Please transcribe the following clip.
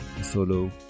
solo